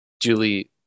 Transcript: Julie